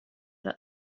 that